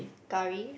curry